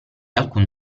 alcun